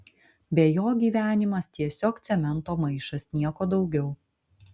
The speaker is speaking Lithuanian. be jo gyvenimas tiesiog cemento maišas nieko daugiau